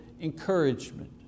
encouragement